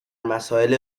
مسائل